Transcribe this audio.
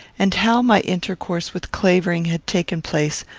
and how my intercourse with clavering had taken place,